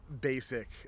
basic